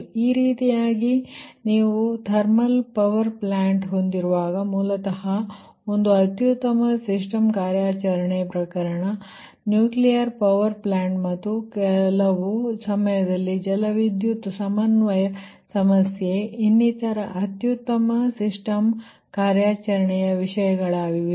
ಈ ರೀತಿಯಾಗಿ ನೀವು ಥರ್ಮಲ್ ಪವರ್ ಪ್ಲಾಂಟ್ ಹೊಂದಿರುವಾಗ ಮೂಲತಃ ಒಂದು ಅತ್ಯುತ್ತಮವಾದ ಸಿಸ್ಟಮ್ ಕಾರ್ಯಾಚರಣೆ ಪ್ರಕರಣ ನ್ಯೂಕ್ಲಿಯರ್ ಪವರ್ ಪ್ಲಾಂಟ್ ಮತ್ತು ಕೆಲವು ಸಮಯದಲ್ಲಿ ಜಲವಿದ್ಯುತ್ ಸಮನ್ವಯ ಸಮಸ್ಯೆ ಇನ್ನಿತರ ಅತ್ಯುತ್ತಮ ಸಿಸ್ಟಮ್ ಕಾರ್ಯಾಚರಣೆ ವಿಷಯಗಳಾಗಿವೆ